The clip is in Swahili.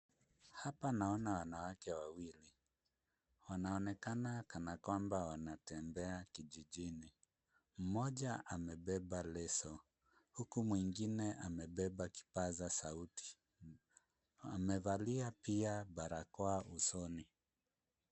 Hapa naona wanawake wawili. Wanaonekana kana kwamba wanatembea kijijini. Mmoja amebeba leso, huku mwingine amebeba kipaza sauti. Amevalia pia barakoa usoni.